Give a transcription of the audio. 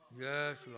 yes